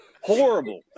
horrible